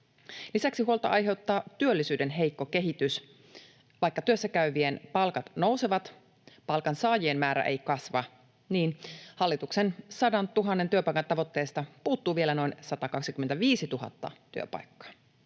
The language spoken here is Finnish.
Lisäksi huolta aiheuttaa työllisyyden heikko kehitys. Vaikka työssäkäyvien palkat nousevat, palkansaajien määrä ei kasva. Niin hallituksen 100 000 työpaikan tavoitteesta puuttuu vielä noin 125 000 työpaikkaa.